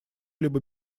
либо